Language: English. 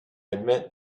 admit